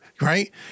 right